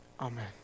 amen